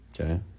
Okay